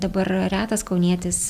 dabar retas kaunietis